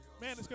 Man